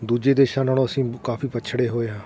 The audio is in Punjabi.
ਦੂਜੇ ਦੇਸ਼ਾਂ ਨਾਲੋਂ ਅਸੀਂ ਕਾਫੀ ਪਛੜੇ ਹੋਏ ਹਾਂ